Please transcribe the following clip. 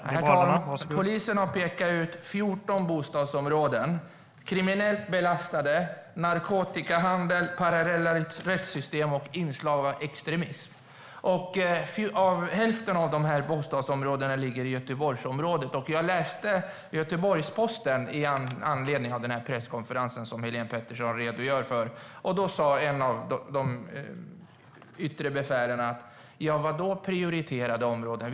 Herr talman! Polisen har pekat ut 14 bostadsområden som är kriminellt belastade och har narkotikahandel, parallella rättssystem och inslag av extremism. Hälften av dessa bostadsområden ligger i Göteborgsområdet. Jag läste Göteborgs-Posten med anledning av den presskonferens Helene Petersson redogör för, och där sa ett av de yttre befälen: Vadå prioriterade områden?